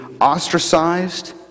ostracized